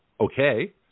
okay